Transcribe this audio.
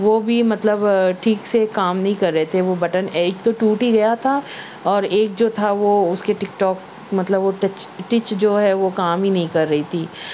وہ بھی مطلب ٹھیک سے کام نہیں کر رہے تھے وہ بٹن ایک تو ٹوٹ ہی گیا تھا اور ایک جو تھا وہ اس کے ٹک ٹاک مطلب وہ ٹچ ٹچ جو ہے وہ کام ہی نہیں کر رہی تھی